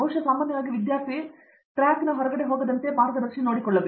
ಬಹುಶಃ ಸಾಮಾನ್ಯವಾಗಿ ವಿದ್ಯಾರ್ಥಿ ಟ್ರ್ಯಾಕ್ ಹೊರಗೆ ಹೆಚ್ಚು ಕಡಿಮೆ ಹೋಗುತ್ತಾರೆ